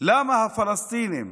למה הפלסטינים